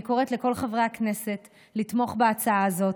אני קוראת לכל חברי הכנסת לתמוך בהצעה הזאת.